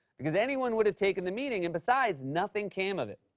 because anyone would've taken the meeting, and besides, nothing came of it.